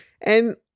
and-